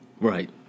right